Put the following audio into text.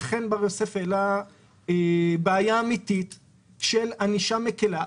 חן בר יוסף העלה בעיה אמיתית של ענישה מקלה,